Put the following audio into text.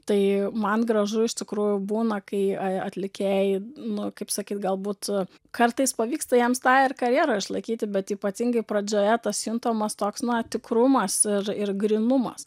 tai man gražu iš tikrųjų būna kai a atlikėjai nu kaip sakyt galbūt kartais pavyksta jiems tą ir karjerą išlaikyti bet ypatingai pradžioje tas juntamas toks tikrumas ir ir grynumas